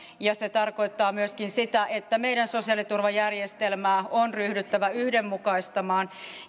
ja se tarkoittaa myöskin sitä että meidän sosiaaliturvajärjestelmää on ryhdyttävä yhdenmukaistamaan